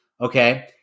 Okay